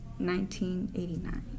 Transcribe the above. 1989